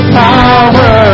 power